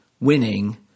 winning